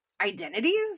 identities